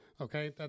okay